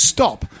Stop